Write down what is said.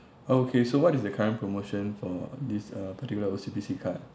okay so what is the current promotion for this uh particular O_C_B_C card